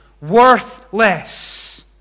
worthless